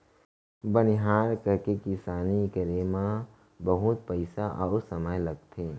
बनिहार करके किसानी करे म बहुत पइसा अउ समय लागथे